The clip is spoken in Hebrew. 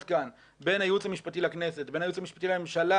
כאן בין הייעוץ המשפטי לכנסת לבין הייעוץ המשפטי לממשלה,